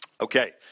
okay